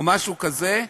או משהו כזה,